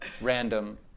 random